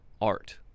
art